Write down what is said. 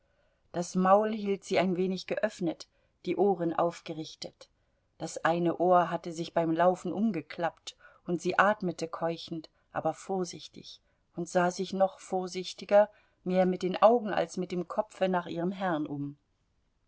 das maul hielt sie ein wenig geöffnet die ohren aufgerichtet das eine ohr hatte sich beim laufen umgeklappt und sie atmete keuchend aber vorsichtig und sah sich noch vorsichtiger mehr mit den augen als mit dem kopfe nach ihrem herrn um